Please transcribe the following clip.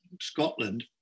Scotland